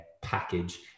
package